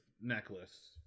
necklace